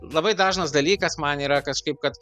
labai dažnas dalykas man yra kažkaip kad